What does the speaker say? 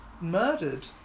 murdered